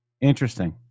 interesting